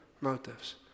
motives